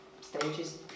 stages